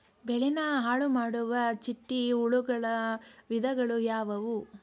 ಬೆಳೆನ ಹಾಳುಮಾಡುವ ಚಿಟ್ಟೆ ಹುಳುಗಳ ವಿಧಗಳು ಯಾವವು?